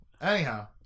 Anyhow